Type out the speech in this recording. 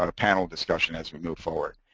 ah panel discussion as we move forward.